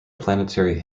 planetary